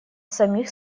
самих